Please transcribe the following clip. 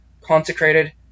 consecrated